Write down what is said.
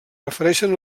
refereixen